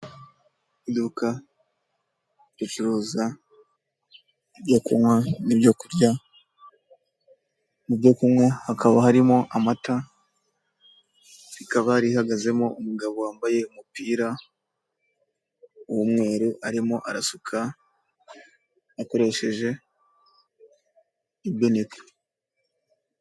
Iduka ricuruza ibyo kunywa n'ibyo kurya, ibyo kunywa hakaba harimo amata, rikaba rihagazemo umugabo wambaye umupira w'umweru, arimo arasuka akoresheje ibinika.